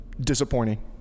disappointing